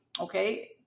Okay